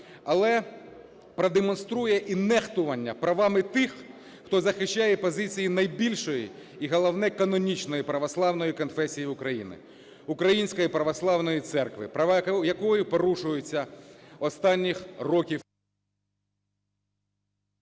Але продемонструє і нехтування правами тих, хто захищає позиції найбільшої і, головне, канонічної православної конфесії України – Української Православної Церкви, права якої порушуються останніх років…